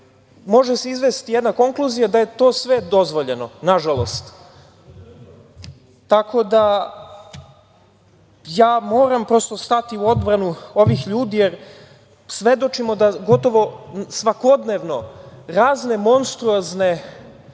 može se izvesti jedna konkluzija da je to sve dozvoljeno, nažalost. Tako da, prosto, ja moram stati u odbranu ovih ljudi, jer svedočimo da gotovo svakodnevno razne monstruozne,